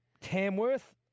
Tamworth